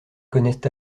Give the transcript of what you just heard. connaissent